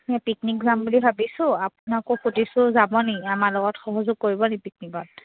এই পিকনিক যাম বুলি ভাবিছোঁ আপোনাকো সুধিছোঁ যাবনি আমাৰ লগত সহযোগ কৰিবনি পিকনিকত